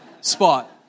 spot